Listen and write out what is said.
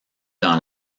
dans